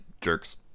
jerks